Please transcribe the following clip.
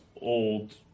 old